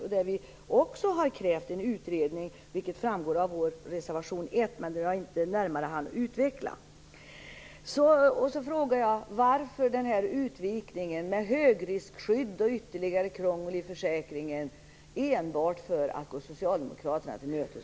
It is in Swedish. Vi har också krävt en utredning, vilket framgår av Moderaternas reservation 1, som jag inte närmare hann utveckla. Varför denna utvikning med högriskskydd och ytterligare krångel i försäkringen, uppenbarligen enbart för att gå Socialdemokraterna till mötes?